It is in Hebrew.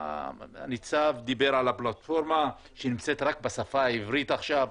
הניצב דיבר על הפלטפורמה שנמצאת רק בשפה העברית עכשיו.